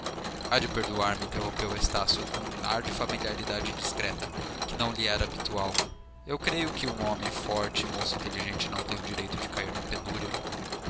há de perdoar-me interrompeu estácio com um ar de familiaridade indiscreta que lhe não era habitual eu creio que um homem forte moço e inteligente não tem o direito de cair na penúria